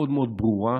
מאוד מאוד ברורה,